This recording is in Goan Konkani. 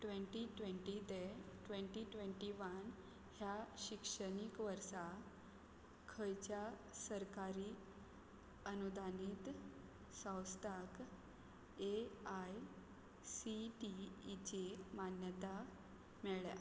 ट्वँटी ट्वँटी ते ट्वँटी ट्वँटी वन ह्या शिक्षणीक वर्सा खंयच्या सरकारी अनुदानीत संस्थाक ए आय सी टी ई ची मान्यताय मेळ्ळ्या